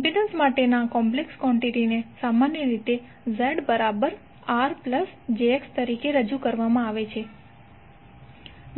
impedance માટેના complex quantity ને સામાન્ય રીતેZRjX તરીકે રજૂ કરવામાં આવે છે